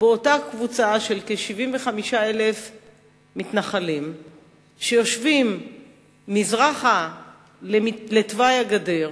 באותה קבוצה של כ-75,000 מתנחלים שיושבים מזרחה לתוואי הגדר,